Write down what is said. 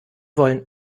wollen